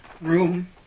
room